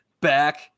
back